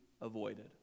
avoided